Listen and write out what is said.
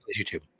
YouTube